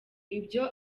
ibyo